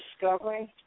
discovering